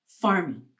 farming